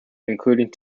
including